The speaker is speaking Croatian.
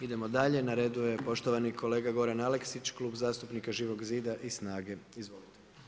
Idemo dalje, na redu je poštovani kolega Goran Aleksić, Klub zastupnika Živog zida i SNAGA-e, izvolite.